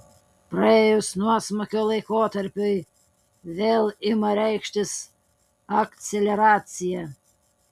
praėjus nuosmukio laikotarpiui vėl ima reikštis akceleracija